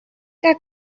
que